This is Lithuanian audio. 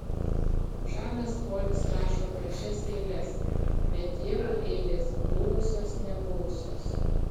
žanas polis rašo gražias eiles bet tėvui eilės buvusios nebuvusios